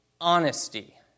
honesty